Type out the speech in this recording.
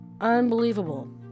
Unbelievable